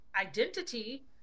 identity